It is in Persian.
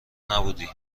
نبودی